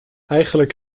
eigenlijk